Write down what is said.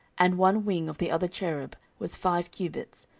and one wing of the other cherub was five cubits,